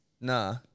Nah